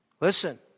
Listen